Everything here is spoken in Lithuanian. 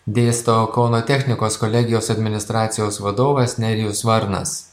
dėsto kauno technikos kolegijos administracijos vadovas nerijus varnas